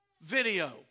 video